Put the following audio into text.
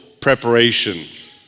preparation